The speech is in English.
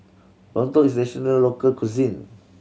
lontong is a traditional local cuisine